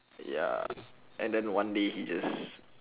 ya and then one day he just